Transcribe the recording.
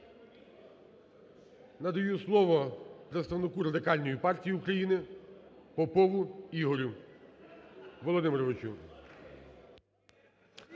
Надаю слово представнику Радикальної партії України Попову Ігорю Володимировичу.